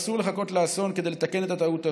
אסור לחכות לאסון כדי לתקן את הטעות הזאת.